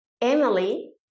Emily